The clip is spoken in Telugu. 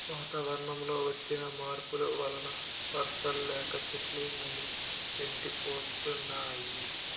వాతావరణంలో వచ్చిన మార్పుల వలన వర్షాలు లేక చెట్లు అన్నీ ఎండిపోతున్నాయి